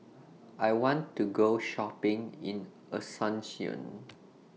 I want to Go Shopping in Asuncion